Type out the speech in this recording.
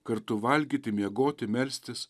kartu valgyti miegoti melstis